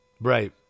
right